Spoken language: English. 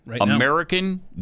American